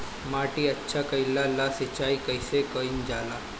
माटी अच्छा कइला ला सिंचाई कइसे कइल जाला?